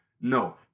No